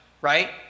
right